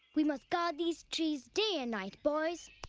we must guard these trees day and night, boys.